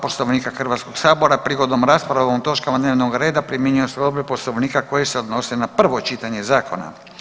Poslovnika Hrvatskog sabora prigodom rasprave o ovim točkama dnevnog reda primjenjuju se odredbe Poslovnika koje se odnose na prvo čitanje zakona.